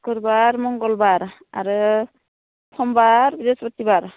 शक्रुबार मंगलबार आरो समबार बृहस्पतिबार